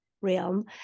realm